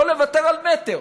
לא לוותר על מטר.